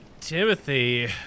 Timothy